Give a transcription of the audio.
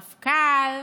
מפכ"ל,